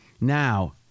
Now